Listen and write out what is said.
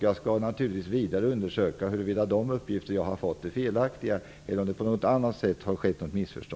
Jag skall naturligtvis undersöka huruvida de uppgifter jag har fått är felaktiga eller om det har skett ett missförstånd på något annat sätt.